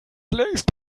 längst